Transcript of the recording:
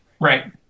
Right